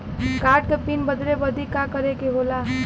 Card क PIN बदले बदी का करे के होला?